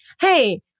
Hey